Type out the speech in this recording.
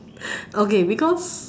okay because